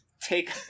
take